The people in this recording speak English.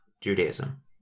Judaism